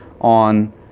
on